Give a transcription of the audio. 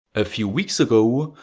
a few weeks ago.